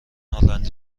هلندی